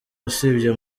usibye